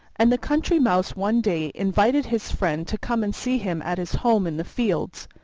and the country mouse one day invited his friend to come and see him at his home in the fields.